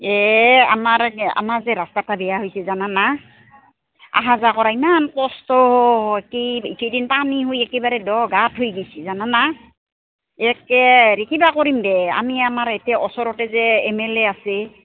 এই আমাৰ আমাৰ যে ৰাস্তাটাে দিয়া হৈছে জানা না আহা যোৱা কৰা ইমান কষ্ট কি এইদিন পানী হৈ একেবাৰে দ গাঁত হয় গৈছি জানানা একে হে কিবা কৰিম দে আমি আমাৰ এতিয়া ওচৰতে যে এম এল এ আছে